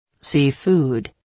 Seafood